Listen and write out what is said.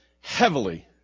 heavily